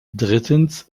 drittens